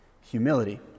Humility